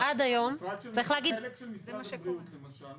חלק של משרד הבריאות למשל,